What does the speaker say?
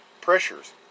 pressures